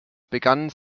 begannen